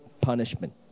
punishment